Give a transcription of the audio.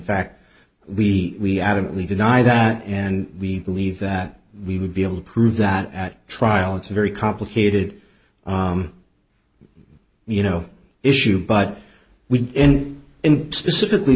fact we we adamantly deny that and we believe that we would be able to prove that at trial it's very complicated you know issue but we end in specifically